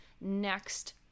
next